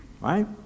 Right